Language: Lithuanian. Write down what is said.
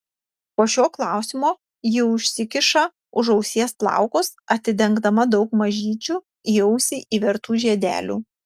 po šio klausimo ji užsikiša už ausies plaukus atidengdama daug mažyčių į ausį įvertų žiedelių